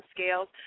Scales